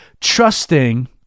trusting